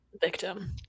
Victim